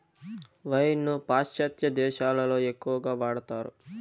wine ను పాశ్చాత్య దేశాలలో ఎక్కువగా వాడతారు